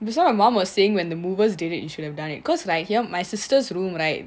that's why my mom was saying when the movers did it you should've done it cause like here my sister's room right